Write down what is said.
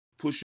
Push